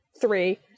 three